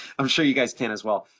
i'm sure you guys can as well,